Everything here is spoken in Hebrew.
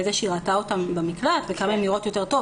זה שהיא ראתה אותן במקלט וכמה הן נראות יותר טוב.